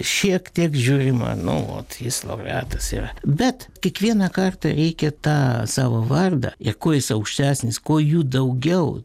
šiek tiek žiūrima nu o tai jis laureatas yra bet kiekvieną kartą reikia tą savo vardą ir kuo jis aukštesnis kuo jų daugiau